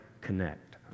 connect